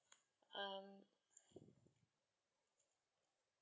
uh